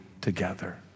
together